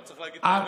צריך להגיד את האמת.